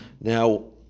Now